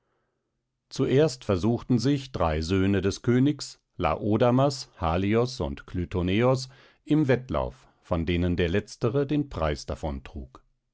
zuerst versuchten sich drei söhne des königs laodamas halios und klytoneos im wettlauf von denen der letztere den preis davon